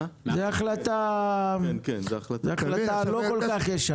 זאת החלטה לא כל כך ישנה.